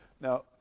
Now